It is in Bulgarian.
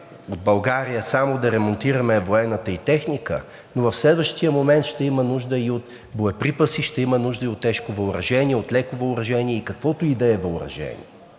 от България само да ремонтира военната ѝ техника, но в следващия момент ще има нужда и от боеприпаси, ще има нужда и от тежко въоръжение, от леко въоръжение и каквото и да е въоръжение.